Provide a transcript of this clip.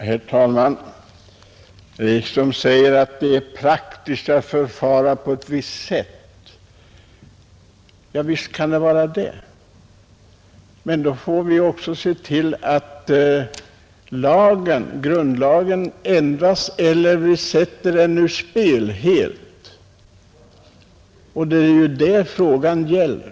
Herr talman! Herr Ekström säger att det är praktiskt att förfara på ett visst sätt. Ja, visst kan det vara det, men då får vi också se till att grundlagen ändras; annars sätter vi den helt ur spel och det är ju det frågan gäller.